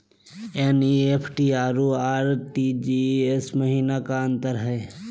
NEFT अरु RTGS महिना का अंतर हई?